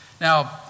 Now